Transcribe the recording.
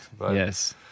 Yes